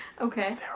okay